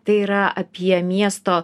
tai yra apie miesto